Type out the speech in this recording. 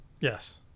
Yes